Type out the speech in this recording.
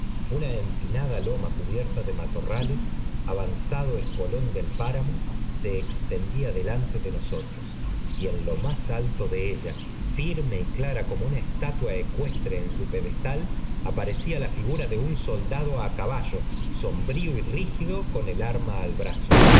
una empinada loma cubierta de matorrales avanzado espolón del páramo se extendía delante de nosotros y en lo más alto de ella firme y clara como una estatua ecuestre en su pedestal aparecía la figura de un soldado á caballo sombrío y rígido con el arma al brazo